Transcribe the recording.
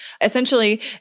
Essentially